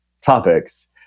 topics